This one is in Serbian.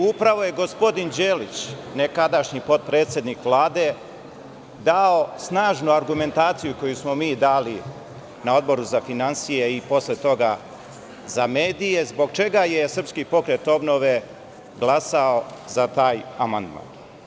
Upravo je gospodin Đelić, nekadašnji potpredsednik Vlade, dao snažnu argumentaciju, koju smo mi dali na Odboru za finansije i posle toga za medije, zbog čega je SPO glasao za taj amandman.